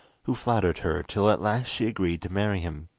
who flattered her till at last she agreed to marry him.